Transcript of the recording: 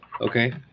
Okay